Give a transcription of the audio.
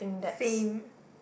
same